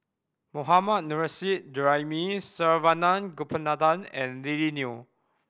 Mohammad Nurrasyid Juraimi Saravanan Gopinathan and Lily Neo